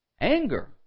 anger